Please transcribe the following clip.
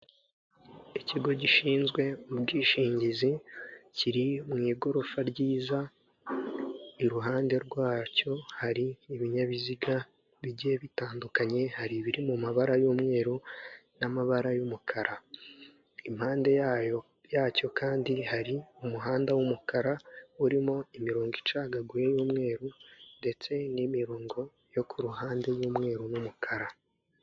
Ikigo gishinzwe ubwishingizi kiri mu igorofa ryiza, iruhande rwacyo hari ibinyabiziga bigiye bitandukanye; hari ibiri mu mabara y'umweru, n'amabara y'umukara. Impande yacyo kandi hari umuhanda w'umukara urimo imirongo icagaguye y'umweru ndetse n'imirongo yo ku ruhande y'umweru n'umukara.